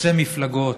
חוצה מפלגות.